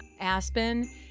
Aspen